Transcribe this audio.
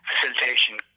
facilitation